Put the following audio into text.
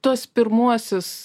tuos pirmuosius